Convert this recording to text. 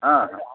ହଁ